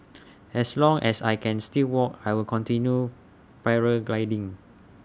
as long as I can still walk I will continue paragliding